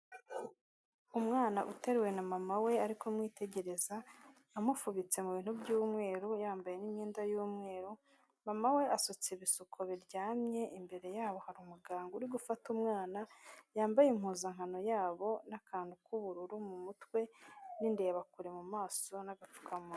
Umwana uteruwe na mama we ari kumwitegereza, amufubitse mu bintu by'umweru, yambaye imyenda y'umweru, mama we asutse ibisuko biryamye, imbere yabo hari umuganga uri gufata umwana, yambaye impuzankano yabo n'akantu k'ubururu mu mutwe, n'indebakure mu maso n'agapfukamuwa.